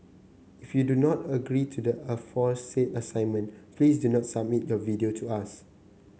if you do not agree to the aforesaid assignment please do not submit your video to us